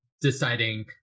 deciding